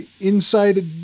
inside